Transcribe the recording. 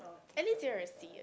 at least you're a C